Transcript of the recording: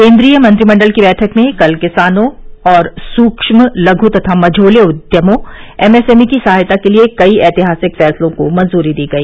केन्द्रीय मंत्रिमंडल की बैठक में कल किसानों और सूक्ष्म लघ् तथा मझोले उद्यमों एमएसएमई की सहायता के लिए कई ऐतिहासिक फैसलों को मंजूरी दी गई